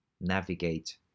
navigate